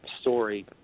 story